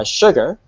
sugar